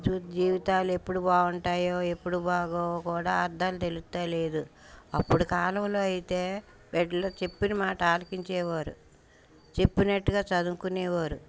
జీవితాలు ఎప్పుడు బాగుంటాయో ఎప్పుడు బాగోవో కూడా అర్ధాలు తెలియటం లేదు అప్పుడు కాలంలో అయితే బిడ్డలు చెప్పిన మాట ఆలకించే వారు చెప్పినట్టుగా చదువుకునే వారు